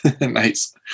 nice